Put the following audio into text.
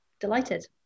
delighted